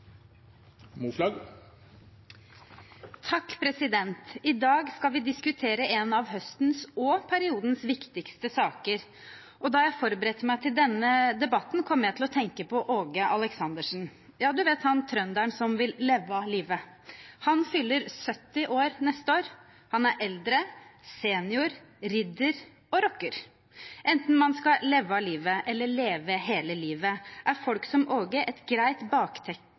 I dag skal vi diskutere en av høstens – og periodens – viktigste saker. Da jeg forberedte meg til denne debatten, kom jeg til å tenke på Åge Aleksandersen – ja, du vet han trønderen som vil «levva livet». Han fyller 70 år neste år. Han er eldre, senior, ridder og rocker. Enten man skal «levva livet» eller leve hele livet, er folk som Åge et greit